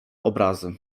obrazy